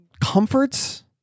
comforts